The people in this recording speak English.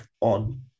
on